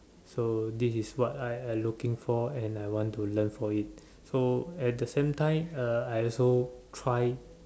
so this is what I I looking for and I want to learn for it so at the same time uh I also try